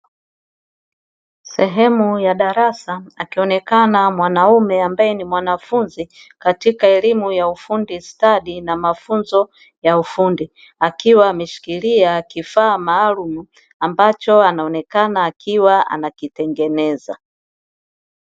Sehemu ya darasa akionekana mwanaume ambaye ni mwanafunzi katika elimu ya ufundi stadi na mafunzo ya ufundi, akiwa ameshikilia kifaa maalumu ambacho anaonekana akiwa anakitengeneza.